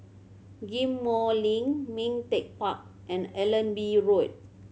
Ghim Moh Link Ming Teck Park and Allenby Road